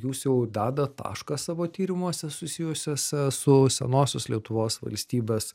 jūs jau dedat tašką savo tyrimuose susijusiuose su senosios lietuvos valstybės